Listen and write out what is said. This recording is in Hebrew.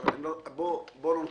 בוא לא נכדרר.